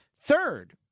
Third